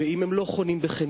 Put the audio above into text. אם הם לא חונים בחניון,